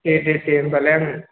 दे दे दे होमबालाय आङो